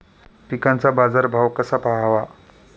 पिकांचा बाजार भाव कसा पहावा?